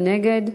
מי נגד?